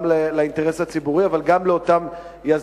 גם לאינטרס הציבורי אבל גם לאותם יזמים.